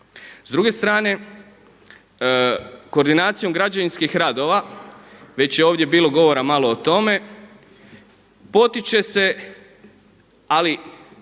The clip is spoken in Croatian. S druge strane koordinacijom građevinskih radova, već je ovdje bilo govora malo o tome, potiče se ali